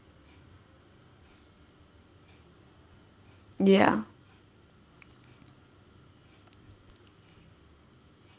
ya